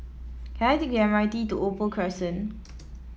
can I take the M R T to Opal Crescent